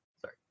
Sorry